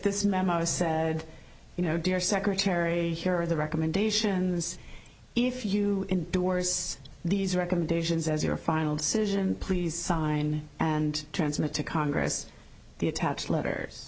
this memo is said you know dear secretary here are the recommendations if you divorce these recommendations as your final decision please sign and transmit to congress the attacks letters